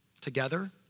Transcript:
together